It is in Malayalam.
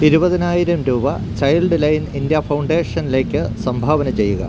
ഇരുപതിനായിരം രൂപ ചൈൽഡ് ലൈൻ ഇന്ത്യ ഫൗണ്ടേഷനിലേക്ക് സംഭാവന ചെയ്യുക